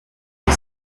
the